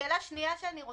שאלה שנייה, אתה